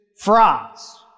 frauds